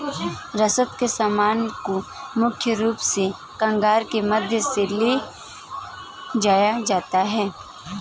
रसद के सामान को मुख्य रूप से कार्गो के माध्यम से ले जाया जाता था